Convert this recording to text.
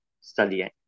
studying